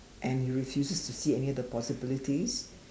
and he refuses to see any of the possibilities